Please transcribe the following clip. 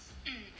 hmm